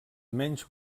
menys